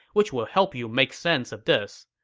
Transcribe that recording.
which will help you make sense of this.